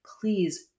please